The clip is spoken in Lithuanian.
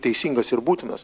teisingas ir būtinas